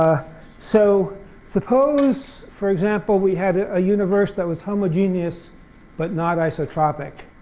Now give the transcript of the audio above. ah so suppose, for example, we had a universe that was homogeneous but not isotropic.